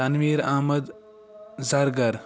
Tanveer Ahmad Zargar